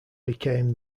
became